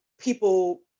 people